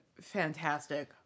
fantastic